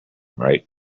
right